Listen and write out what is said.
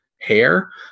hair